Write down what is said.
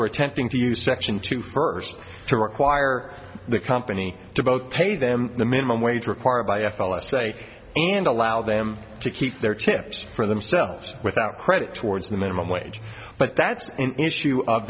were attempting to use section two first to require the company to both pay them the minimum wage required by f l s a and allow them to keep their chips for themselves without credit towards the minimum wage but that's an issue